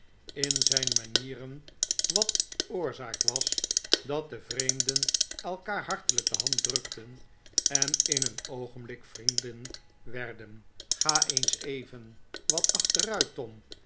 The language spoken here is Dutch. in zijn manieren wat oorzaak was dat de vreemden elkaar hartelijk de hand drukten en in een oogenblik vriendeh werden ga eens even wat achteruit tom